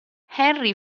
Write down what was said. henry